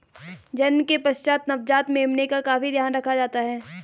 जन्म के पश्चात नवजात मेमने का काफी ध्यान रखा जाता है